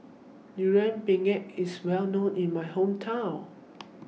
Durian Pengat IS Well known in My Hometown